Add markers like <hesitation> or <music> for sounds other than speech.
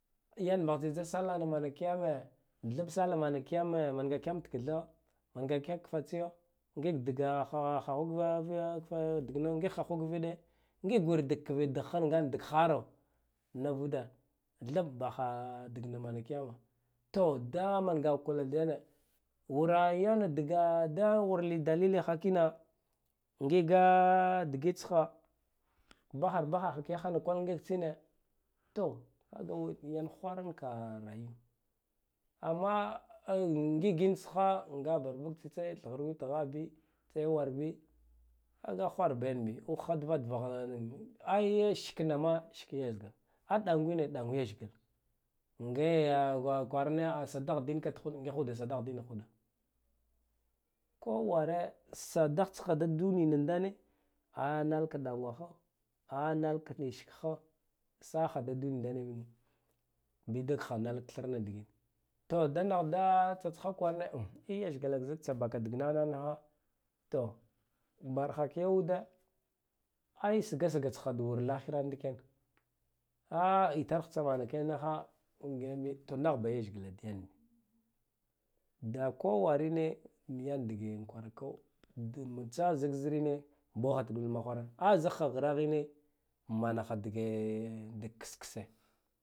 Yan bah tsitsa salla na manaki yame thabb sallah mana kiyame a manga kiya taktha manga kiya m ka fatsiya ngig dga ha hau hahu zna g viɗe ngig wur dag kiviɗ dag han gan dag hara navude thabb bahha ina mana kiyamap to da manga ha kula da yane wura yane dga da wur li da liliha kina ngiga digit tsha bahara bahaha ka kiyaha na kwal ngig tsine to un yan hwaran ka rayuwa amma ngigin tsha ngaha bara buk tsitsa ya thhrur witha bityawar bi kaga hwa ba yan bi ukhadvadva hai ayo shkh na ma shk leshgla aɗangwine ɗangwa leshgla nga ya kwarane a sadah din ka ta huɗe ngude sadah dinka thud ngihude sa dah dine hude ko ware sadah tsha dad duniyan ndane anala ka ɗangu aha a nalaka li shkha saha da duniya ndan bidik ha nala tharna digit to da nah da tsat ga kwarane i leshgla zak tsa ba ka dagma niha to barka ya ude an sgasga tsha da wur lahira ndi ken <hesitation> itarlatsha manakai niha anguigui nah ba leshgla da yan bi da ko warine yan dige kwara ko tsa zak zirine boha ta dul mahaware a zak ha hrahine manaha dige dag las lase